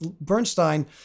Bernstein